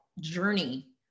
journey